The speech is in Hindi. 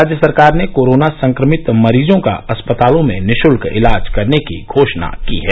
राज्य सरकार ने कोरोना संक्रमित मरीजों का अस्पतालों में निःशुल्क इलाज करने की घोषणा की है